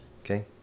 Okay